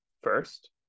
first